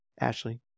ashley